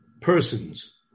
persons